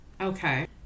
okay